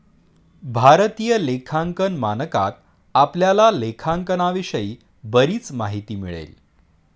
भारतीय लेखांकन मानकात आपल्याला लेखांकनाविषयी बरीच माहिती मिळेल